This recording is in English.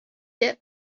get